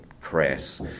crass